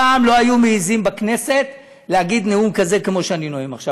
פעם לא היו מעזים בכנסת להגיד נאום כזה כמו שאני נואם עכשיו.